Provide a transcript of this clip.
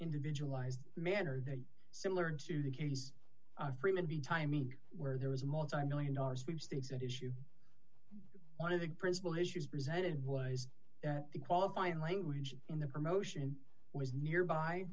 individualized manner that similar to the case freeman be timing where there was a multimillion dollar sweepstakes and issue one of the principle issues presented was the qualifying language in the promotion was nearby